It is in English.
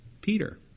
Peter